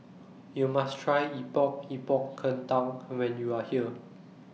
YOU must Try Epok Epok Kentang when YOU Are here